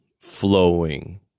flowing